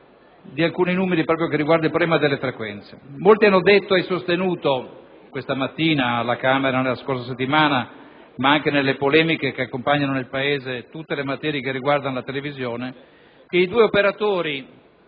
di alcuni numeri inerenti al problema delle frequenze. Molti hanno detto e sostenuto, sia questa mattina che alla Camera la scorsa settimana, ma anche nelle polemiche che accompagnano nel Paese tutte le materie che riguardano la televisione, che due operatori